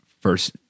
first